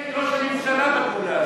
ראש הממשלה בתמונה הזאת.